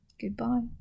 Goodbye